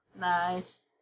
Nice